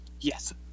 Yes